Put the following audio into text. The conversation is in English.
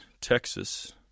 Texas